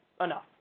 Enough